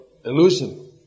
Illusion